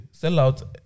sellout